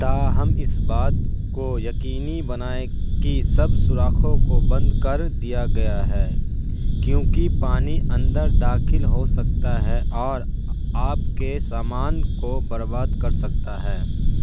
تاہم اس بات کو یقینی بنائیں کہ سب سوراخوں کو بند کردیا گیا ہے کیونکہ پانی اندر داخل ہو سکتا ہے اور آپ کے سامان کو برباد کر سکتا ہے